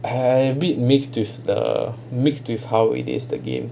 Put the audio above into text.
I a bit mixed with the mixed with how it is the game